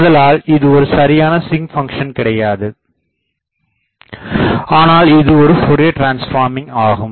ஆதலால் இது ஒரு சரியான சிங் பங்க்ஷன் கிடையாது ஆனால் இது ஒரு ஃப்போரியர் டிரான்ஸ்பார்மிங் ஆகும்